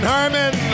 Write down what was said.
Harmon